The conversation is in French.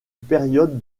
période